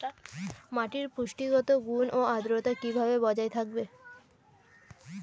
মাটির পুষ্টিগত গুণ ও আদ্রতা কিভাবে বজায় থাকবে?